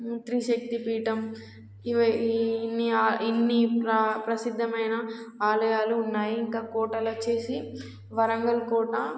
త్రిశక్తి పీఠం ఇన్ని ఇన్ని ప్రసిద్ధమైన ఆలయాలు ఉన్నాయి ఇంకా కోటలు వచ్చేసి వరంగల్ కోట